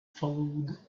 followed